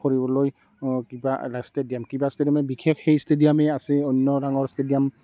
কৰিবলৈ কিবা ষ্টেডিয়াম বা ষ্টেডিয়াম বিশেষ সেই ষ্টেডিয়ামেই আছে অন্য ডাঙৰ ষ্টেডিয়াম